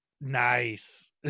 nice